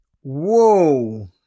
Whoa